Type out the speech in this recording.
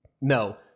no